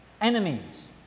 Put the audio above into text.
Enemies